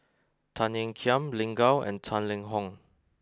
Tan Ean Kiam Lin Gao and Tang Liang Hong